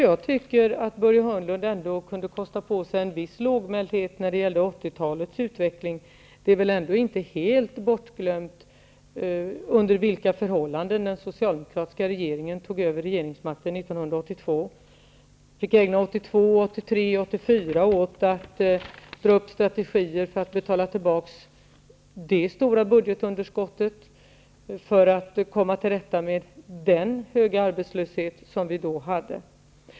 Jag tycker att Börje Hörnlund ändå kunde kosta på sig en viss lågmäldhet när det gäller 80-talets utveckling. Det är väl inte helt bortglömt under vilka förhållanden den socialdemokratiska regeringen tog över regeringsmakten 1982. Regeringen fick ägna 82, 83 och 84 åt att dra upp strategier för att betala det stora budgetunderskottet och för att komma till rätta med den höga arbetslöshet vi då hade.